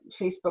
Facebook